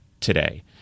today